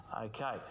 okay